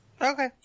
Okay